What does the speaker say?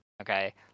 Okay